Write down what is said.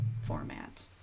format